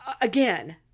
again